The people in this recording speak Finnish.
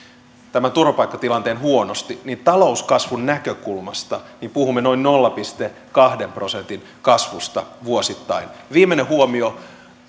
tämän turvapaikkatilanteen huonosti talouskasvun näkökulmasta puhumme noin nolla pilkku kahden prosentin kasvusta vuosittain viimeinen huomio